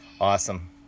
Awesome